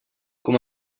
com